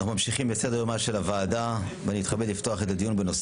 אני מתכבד לפתוח את ישיבת ועדת הבריאות.